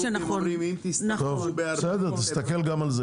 אומרים- -- תסתכל גם על זה.